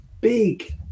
big